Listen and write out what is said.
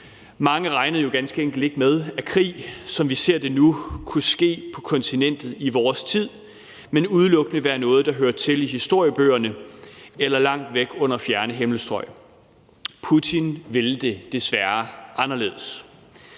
Mange regnede jo ganske enkelt ikke med, at krig, som vi ser det nu, kunne finde sted på kontinentet i vores tid; det var udelukkende noget, der hørte til i historiebøgerne eller langt væk under fjerne himmelstrøg. Putin ville det desværre anderledes.